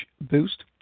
boost